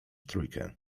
trójkę